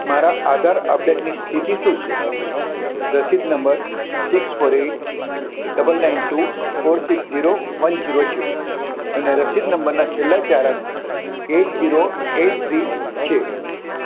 મારા આધાર અપડેટની સ્થિતિ શું છે રસીદ number six four eight double nine two four six zero one zero છે અને રસીદ નંબરના છેલ્લા ચાર અંક એટ જીરો એટ થ્રી છે